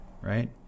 right